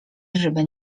żeby